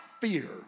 fear